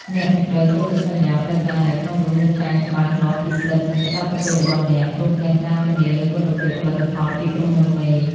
អ្នកនឹងត្រូវ "ចុះកិច្ចសន្យាផ្លូវការ" ដែលក្នុងនោះមានចែងច្បាស់លាស់ពីសិទ្ធិ និងកាតព្វកិច្ចរបស់អ្នក រួមទាំងការធានាលើគុណភាពផលិតផលពីក្រុមហ៊ុនមេ។